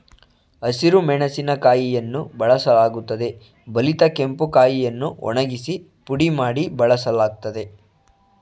ಹಸಿರು ಮೆಣಸಿನಕಾಯಿಯನ್ನು ಬಳಸಲಾಗುತ್ತದೆ ಬಲಿತ ಕೆಂಪು ಕಾಯಿಯನ್ನು ಒಣಗಿಸಿ ಪುಡಿ ಮಾಡಿ ಬಳಸಲಾಗ್ತದೆ